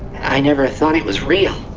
i never thought it was real.